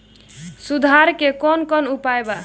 सुधार के कौन कौन उपाय वा?